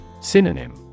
Synonym